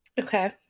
Okay